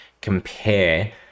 compare